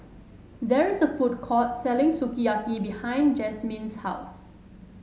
there is a food court selling Sukiyaki behind Jazmyn's house